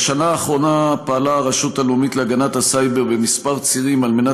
בשנה האחרונה פעלה הרשות הלאומית להגנת הסייבר בכמה צירים על מנת